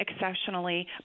exceptionally